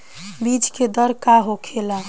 बीज के दर का होखेला?